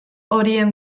horien